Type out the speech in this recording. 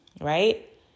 right